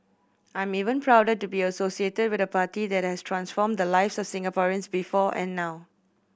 I'm even prouder to be associated with a party that has transformed the lives of Singaporeans before and now